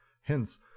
Hence